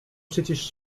przecież